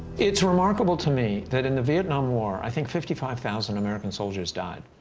it's remarkable to me that in the vietnam war, i think fifty five thousand american soldiers died,